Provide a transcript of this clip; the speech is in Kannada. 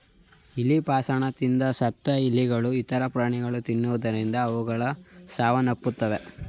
ಇಲಿ ಪಾಷಾಣ ತಿಂದು ಸತ್ತ ಇಲಿಗಳನ್ನು ಇತರ ಪ್ರಾಣಿಗಳು ತಿನ್ನುವುದರಿಂದ ಅವುಗಳು ಸಾವನ್ನಪ್ಪುತ್ತವೆ